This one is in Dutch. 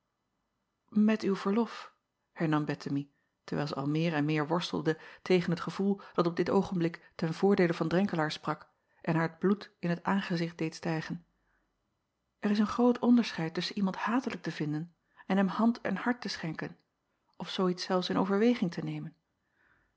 et uw verlof hernam ettemie terwijl zij al meer en meer worstelde tegen het gevoel dat op dit oogenblik ten voordeele van renkelaer sprak en haar t bloed in t aangezicht deed stijgen er is een groot onderscheid tusschen iemand hatelijk te vinden en hem hand en hart te schenken of zoo iets zelfs in overweging te nemen